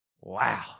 Wow